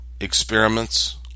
experiments